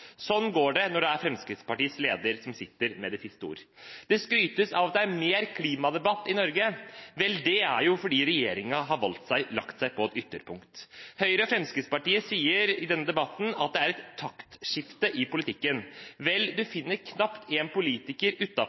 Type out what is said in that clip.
går det når det er Fremskrittspartiets leder som sitter med siste ordet. Det skrytes av at det er mer klimadebatt i Norge. Vel, det er fordi regjeringen har lagt seg på et ytterpunkt. Høyre og Fremskrittspartiet sier i denne debatten at det er et taktskifte i politikken. Du finner knapt en politiker